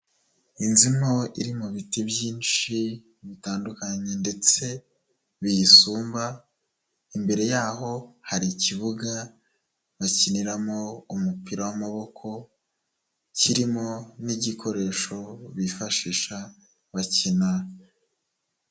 Inzu nto iri mu biti byinshi bitandukanye ndetse biyisumba, imbere yaho hari ikibuga bakiniramo umupira w'amaboko, kirimo n'igikoresho bifashisha bakina.